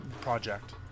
project